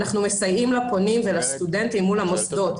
אנחנו מסייעים לפונים ולסטודנטים מול המוסדות.